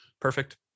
Perfect